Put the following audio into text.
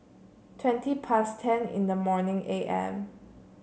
twenty past ten in the morning A M